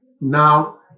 Now